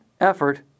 effort